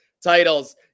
titles